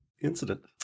Incident